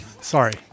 sorry